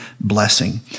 blessing